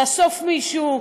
לאסוף מישהו,